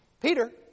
Peter